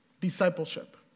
discipleship